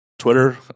Twitter